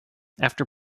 after